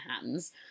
hands